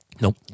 Nope